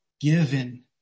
given